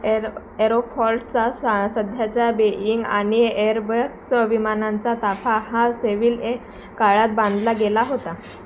air एरोफॉल्टचा सा सध्याच्या बेईंग आणि एअरबक्स विमानांचा ताफा हा सेव्हिलए काळात बांधला गेला होता